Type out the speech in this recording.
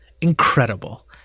incredible